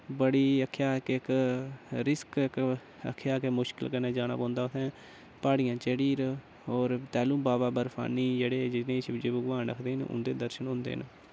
बड़ी आखेआ के इक रिस्क इक आखेआ के मुश्कल कन्नै जाना पौंदा उत्थैं प्हाड़ियां चढी'र और तैलुं बाबा बर्फानी जिनें शिवजी भगवान आखदे न उंदे दर्शन होंदे न